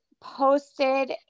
posted